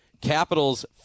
Capitals